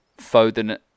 Foden